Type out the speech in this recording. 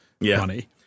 money